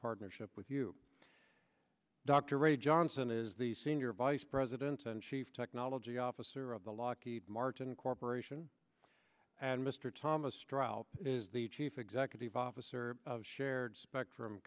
partnership with you dr ray johnson is the senior vice president and chief technology officer of the lockheed martin corporation and mr thomas trial is the chief executive officer of shared spectrum